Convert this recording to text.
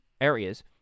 areas